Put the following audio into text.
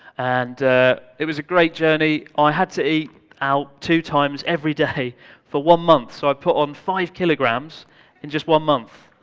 and it was a great journey. i had to eat out two times every day for one month. so i put on five kilograms in just one month.